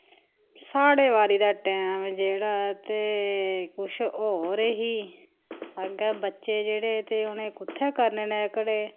साढ़े बारी दा टैम जेह्ड़ा ऐ ते कुछ होर ही अग्गें बच्चे जेह्ड़े ते उ'नें कु'त्थे करने ना एह्कड़े